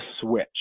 switch